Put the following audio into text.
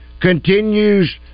continues